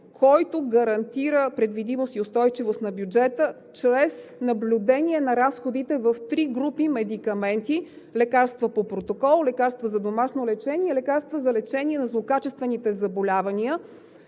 който гарантира предвидимост и устойчивост на бюджета чрез наблюдение на разходите в три групи медикаменти: лекарства по протокол; лекарства за домашно лечение; лекарства за лечение на злокачествените заболявания.